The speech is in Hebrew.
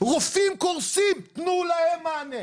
רופאים קורסים, תנו להם מענה.